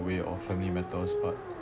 way of family matters but